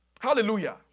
Hallelujah